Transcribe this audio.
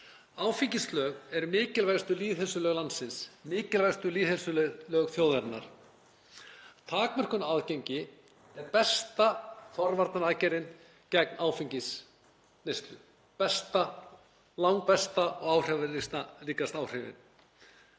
Áfengislög eru mikilvægustu lýðheilsulög landsins, mikilvægustu lýðheilsulög þjóðarinnar. Takmörkun á aðgengi er besta forvarnaaðgerðir gegn áfengisneyslu. Langbesta og áhrifaríkasta aðgerðin.